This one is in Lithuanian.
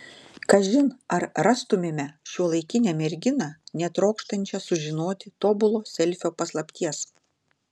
kažin ar rastumėme šiuolaikinę merginą netrokštančią sužinoti tobulo selfio paslapties